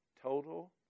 Total